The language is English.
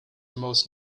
most